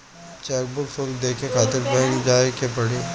chequebook शुल्क देखे खातिर बैंक जाए के पड़ी